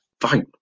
Fight